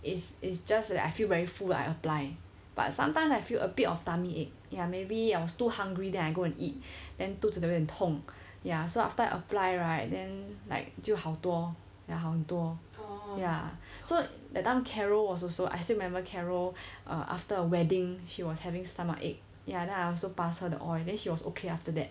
is is just that I feel very full I apply but sometimes I feel a bit of tummy ache ya maybe I was too hungry then I go and eat then 肚子有一点痛 ya so after I apply right then like 就好多 ya 好很多 ya so that time carol was also I still remember carol err after a wedding she was having stomach ache ya then I also passed her the oil then she was okay after that